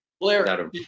blair